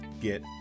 get